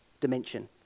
dimension